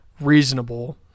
reasonable